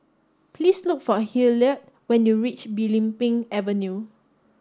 please look for Hilliard when you reach Belimbing Avenue